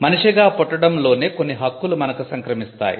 మనిషిగా పుట్టడం లోనే కొన్ని హక్కులు మనకు సంక్రమిస్తాయి